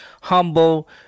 humble